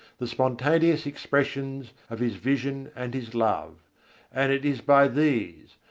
the spontaneous expressions of his vision and his love and it is by these,